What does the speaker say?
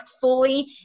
fully